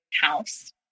house